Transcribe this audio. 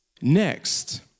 next